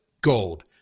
gold